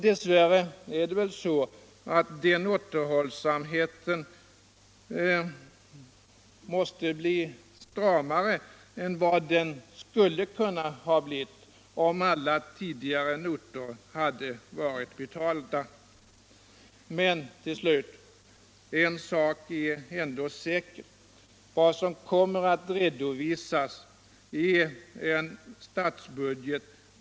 Dess värre är det väl så att den återhållsamheten måste bli stramare än vad den skulle ha kunnat bli om alla tidigare notor hade varit betalda. |» En sak är ändå säker: Vad som kommer att redovisas är en statsbudget.